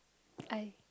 I